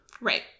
Right